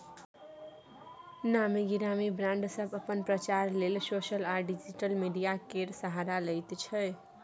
नामी गिरामी ब्राँड सब अपन प्रचार लेल सोशल आ डिजिटल मीडिया केर सहारा लैत छै